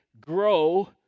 grow